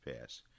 Pass